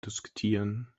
diskutieren